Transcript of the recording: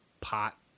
pot